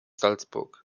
salzburg